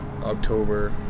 October